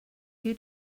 who